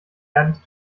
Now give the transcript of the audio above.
ehrlich